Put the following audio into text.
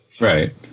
Right